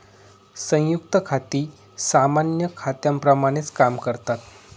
संयुक्त खाती सामान्य खात्यांप्रमाणेच काम करतात